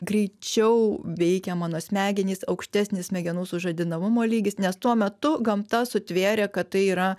greičiau veikia mano smegenys aukštesnis smegenų sužadinamumo lygis nes tuo metu gamta sutvėrė kad tai yra